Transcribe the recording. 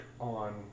on